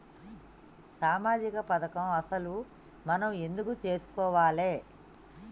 సామాజిక పథకం అసలు మనం ఎందుకు చేస్కోవాలే?